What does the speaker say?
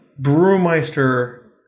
Brewmeister